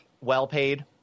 well-paid